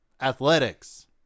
athletics